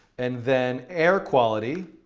and then air quality